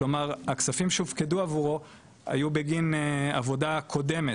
כלומר הכספים שהופקדו עבורו היו בגין עבודה קודמת,